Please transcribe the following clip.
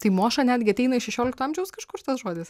tai moša netgi ateina iš šešiolikto amžiaus kažkur tas žodis